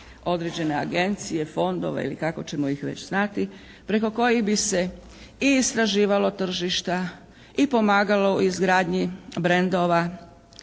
određene agencije, fondove ili kako ćemo ih već zvati, preko kojih bi se i istraživalo tržišta, i pomagalo u izgradnji brandova,